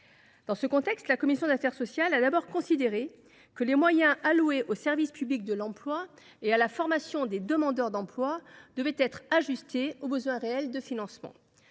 Dans ce contexte, la commission des affaires sociales a d’abord considéré que les moyens alloués au service public de l’emploi et à la formation des demandeurs d’emploi devaient être ajustés aux besoins réels de financement.